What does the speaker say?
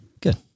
good